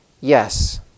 Yes